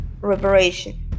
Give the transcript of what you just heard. reparation